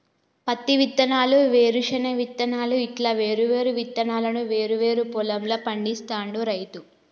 పత్తి విత్తనాలు, వేరుశన విత్తనాలు ఇట్లా వేరు వేరు విత్తనాలను వేరు వేరు పొలం ల పండిస్తాడు రైతు